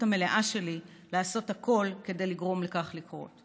המלאה שלי לעשות הכול כדי לגרום לכך לקרות.